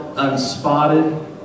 Unspotted